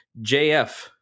jf